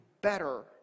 better